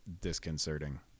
disconcerting